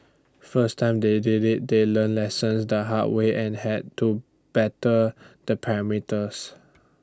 first time they did IT they learnt lessons the hard way and had to better the parameters